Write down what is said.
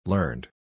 Learned